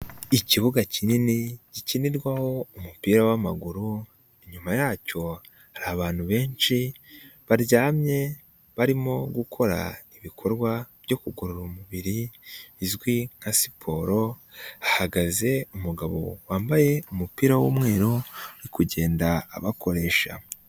Ikibuga kinini, gikinirwaho umupira w'amaguru, inyuma yacyo hari abantu benshi baryamye, barimo gukora ibikorwa byo kugorora umubiri, bizwi nka siporo, hahagaze umugabo wambaye umupira w'umweru, uri kugenda abakoresha.